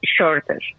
shorter